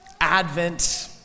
Advent